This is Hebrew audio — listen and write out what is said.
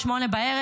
ב-20:00,